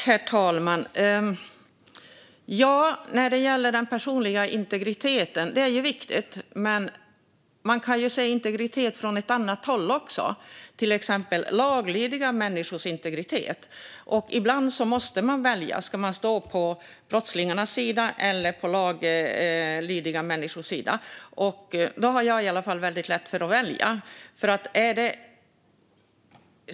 Herr talman! Den personliga integriteten är viktig, men man kan se integritet från ett annat håll också, till exempel laglydiga människors integritet. Ibland måste man välja. Ska man stå på brottslingarnas eller på laglydiga människors sida? Jag har i alla fall väldigt lätt för att välja.